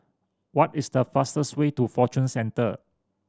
what is the fastest way to Fortune Centre